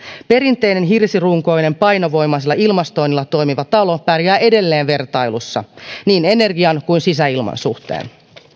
perinteinen hirsirunkoinen painovoimaisella ilmastoinnilla toimiva talo pärjää edelleen vertailussa niin energian kuin sisäilman suhteen